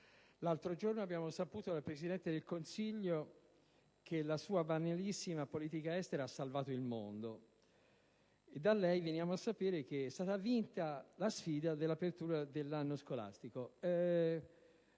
L'altro giorno abbiamo saputo dal Presidente del Consiglio che la sua banalissima politica estera ha salvato il mondo. Da lei veniamo a sapere che sarà vinta la sfida dell'apertura dell'anno scolastico;